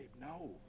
no